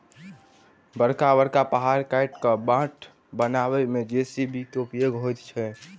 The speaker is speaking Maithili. बड़का बड़का पहाड़ काटि क बाट बनयबा मे जे.सी.बी के उपयोग होइत छै